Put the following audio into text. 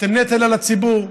אתם נטל על הציבור,